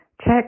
Check